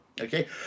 Okay